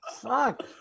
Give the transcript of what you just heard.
Fuck